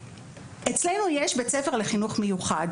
אצלנו יש בית ספר לחינוך מיוחד.